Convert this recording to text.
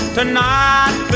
Tonight